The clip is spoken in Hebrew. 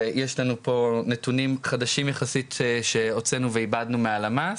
ויש לנו פה נתונים חדשים יחסית שהוצאנו ועיבדנו מהלמ"ס.